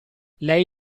lei